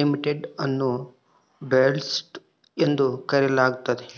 limited ಅನ್ನು Deloitte ಎಂದು ಕರೆಯಲಾಗ್ತದ